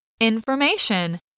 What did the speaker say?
Information